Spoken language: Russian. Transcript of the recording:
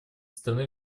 стороны